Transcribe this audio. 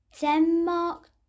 Denmark